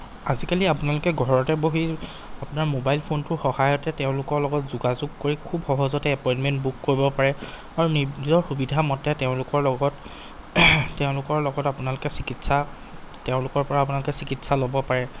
আজিকালি আপোলোকে ঘৰতে বহি আপোনাৰ মোবাইল ফোনটোৰ সহায়তে তেওঁলোকৰ লগত যোগাযোগ কৰি খুব সহজতে এপইণ্টমেণ্ট বুক কৰিব পাৰে আৰু নিজৰ সুবিধামতে তেওঁলোকৰ লগত তেওঁলোকৰ লগত আপোনালোকে চিকিৎসা তেওঁলোকৰপৰা আপোনালোকে চিকিৎসা ল'ব পাৰে